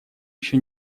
еще